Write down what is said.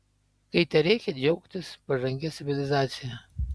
kai tereikia džiaugtis pažangia civilizacija